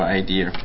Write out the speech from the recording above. idea